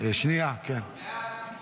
סעיף 1